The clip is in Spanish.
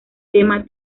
tema